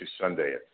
Sunday